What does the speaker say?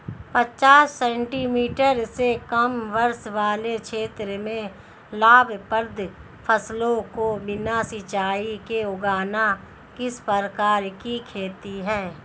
पचास सेंटीमीटर से कम वर्षा वाले क्षेत्रों में लाभप्रद फसलों को बिना सिंचाई के उगाना किस प्रकार की खेती है?